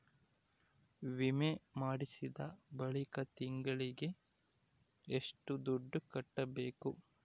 ವಿಮೆ ಮಾಡಿಸಿದ ಬಳಿಕ ತಿಂಗಳಿಗೆ ಎಷ್ಟು ದುಡ್ಡು ಕಟ್ಟಬೇಕು?